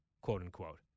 quote-unquote